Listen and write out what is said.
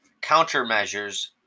countermeasures